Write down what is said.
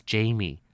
Jamie